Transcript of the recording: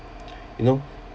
you know